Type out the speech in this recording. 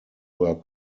were